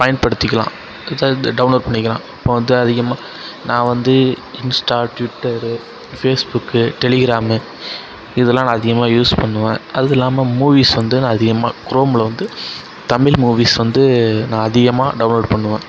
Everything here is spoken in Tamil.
பயன்படுத்திக்கலாம் டவுன்லோட் பண்ணிக்கலாம் இப்போ வந்து அதிகமாக நான் வந்து இன்ஸ்டா டுவிட்டரு ஃபேஸ்புக்கு டெலிகிராமு இதல்லாம் நான் அதிகமாக யூஸ் பண்ணுவேன் அதுவும் இல்லாமல் மூவிஸ் வந்து நான் அதிகமாக குரோமில் வந்து தமிழ் மூவிஸ் வந்து நான் அதிகமாக டவுன்லோட் பண்ணுவேன்